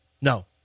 no